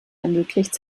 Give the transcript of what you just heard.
ermöglicht